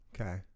Okay